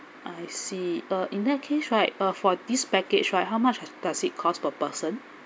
I see uh in that case right uh for this package right how much does it cost per person